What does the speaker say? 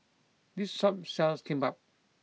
this shop sells Kimbap